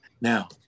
Now